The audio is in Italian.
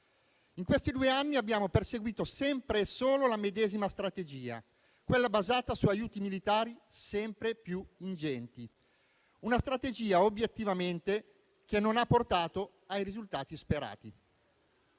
In questi due anni abbiamo perseguito sempre e solo la medesima strategia, quella basata su aiuti militari sempre più ingenti; una strategia che, obiettivamente, non ha portato ai risultati sperati.